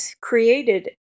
created